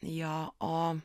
jo o